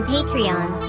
Patreon